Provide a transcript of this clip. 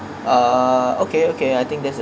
uh okay okay I think that's a